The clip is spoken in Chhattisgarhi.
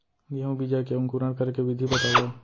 गेहूँ बीजा के अंकुरण करे के विधि बतावव?